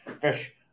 fish